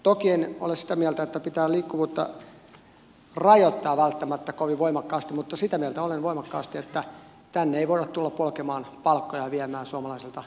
toki en ole sitä mieltä että pitää liikkuvuutta rajoittaa välttämättä kovin voimakkaasti mutta sitä mieltä olen voimakkaasti että tänne ei voida tulla polkemaan palkkoja ja viemään suomalaiselta työmieheltä työpaikkoja